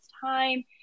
time